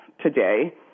today